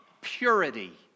purity